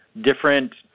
Different